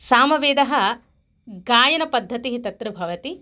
सामवेदः गायनपद्धतिः तत्र भवति